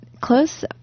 close